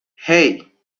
hey